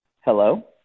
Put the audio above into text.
Hello